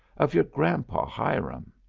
of your grandpa hiram!